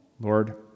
Lord